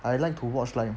I like to watch like